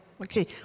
Okay